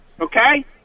okay